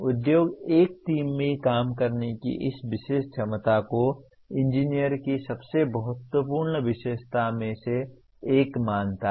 उद्योग एक टीम में काम करने की इस विशेष क्षमता को इंजीनियर की सबसे महत्वपूर्ण विशेषता में से एक मानता है